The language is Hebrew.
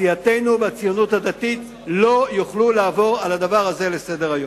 סיעתנו והציונות הדתית לא יוכלו לעבור על הדבר הזה לסדר-היום.